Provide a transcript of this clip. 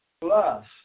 Plus